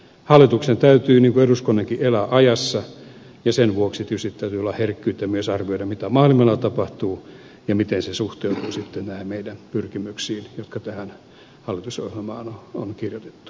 hallituksen täytyy niin kuin eduskunnankin elää ajassa ja sen vuoksi tietysti täytyy olla herkkyyttä myös arvioida mitä maailmalla tapahtuu ja miten se suhteutuu sitten näihin meidän pyrkimyksiimme jotka tähän hallitusohjelmaan on kirjoitettu